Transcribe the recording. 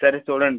సరే చూడండి